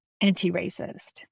anti-racist